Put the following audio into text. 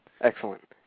Excellent